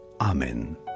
Amen